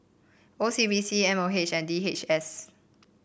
O C B C M O H and D H S